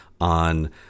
on